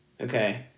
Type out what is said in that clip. okay